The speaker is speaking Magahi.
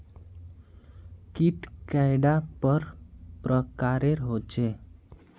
कीट कैडा पर प्रकारेर होचे?